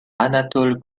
anatole